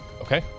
okay